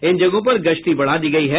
इन जगहों पर गश्ती बढ़ा दी गयी है